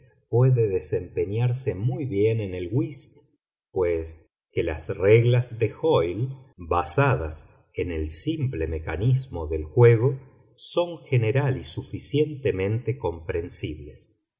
puede desempeñarse muy bien en el whist pues que las reglas de hoyle basadas en el simple mecanismo del juego son general y suficientemente comprensibles